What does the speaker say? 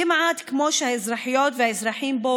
כמעט כמו שהאזרחיות והאזרחים פה